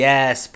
Yes